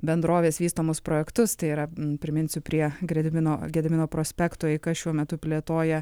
bendrovės vystomus projektus tai yra priminsiu prie gredimino gedimino prospekto eika šiuo metu plėtoja